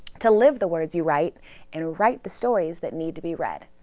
to live the words you write and write the stories that need to be read.